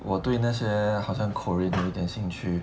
我对那些好像 korean 一点兴趣